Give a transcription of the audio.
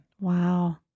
Wow